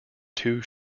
two